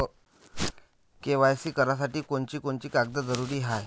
KYC करासाठी कोनची कोनची कागद जरुरी हाय?